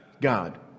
God